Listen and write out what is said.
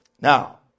Now